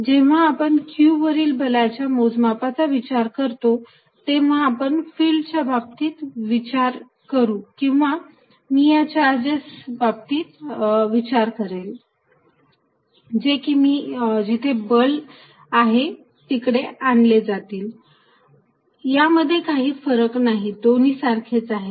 FqE जेव्हा आपण q वरील बलाच्या मोजमापाचा विचार करतो तेव्हा आपण फिल्डच्या बाबतीत विचार करू किंवा मी या चार्जेस बाबतीत विचार करेल जे की जिथे बल आहे तिकडे आणले जातील यामध्ये काही फरक नाही दोन्ही सारखेच आहे